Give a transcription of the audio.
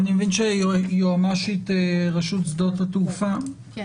אני מבין שיועמ"שית רשות שדות התעופה כן,